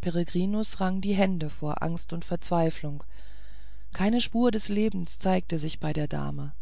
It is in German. peregrinus rang die hände vor angst und verzweiflung keine spur des lebens zeigte sich bei der dame